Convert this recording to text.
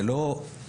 זה לא צאן,